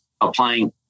applying